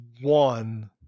one